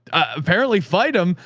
apparently fight him,